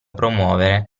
promuovere